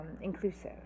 inclusive